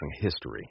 history